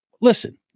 listen